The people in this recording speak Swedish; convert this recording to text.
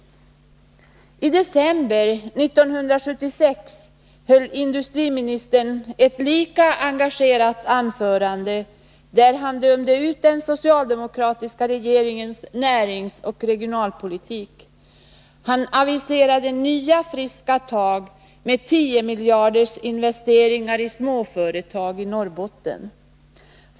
I december 1976 höll industriministern ett lika engagerat anförande, där han dömde ut den socialdemokratiska regeringens näringsoch regionalpolitik. Han aviserade nya friska tag med 10 miljarder i investeringar i små företag i Norrbotten.